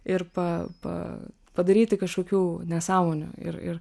ir pa pa padaryti kažkokių nesąmonių ir ir